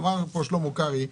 אמר פה שלמה קרעי: